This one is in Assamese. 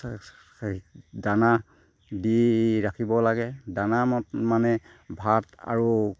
দানা দি ৰাখিব লাগে দানা মানে ভাত আৰু